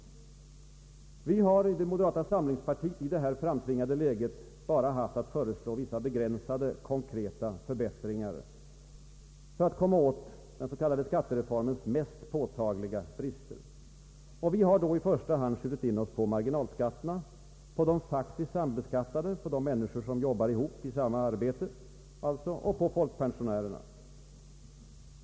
Vi har inom moderata samlingspartiet i det framtvingade läget bara haft att föreslå vissa begränsade konkreta förbättringar för att komma åt den s.k. skattereformens mest påtagliga brister. Vi har då i första hand skjutit in oss på marginalskatterna, på de faktiskt sambeskattade, på de människor som jobbar ihop i samma arbete och på folkpensionärerna.